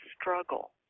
struggle